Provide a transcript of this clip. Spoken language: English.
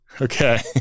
Okay